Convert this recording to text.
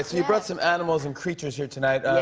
you brought some animals and creatures here tonight.